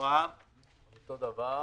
אותו דבר.